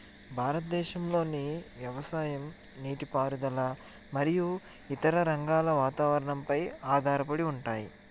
భారతదేశంలోని వ్యవసాయం నీటిపారుదల మరియు ఇతర రంగాల వాతావరణంపై ఆధారపడి ఉంటాయి